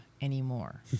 anymore